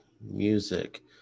music